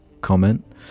comment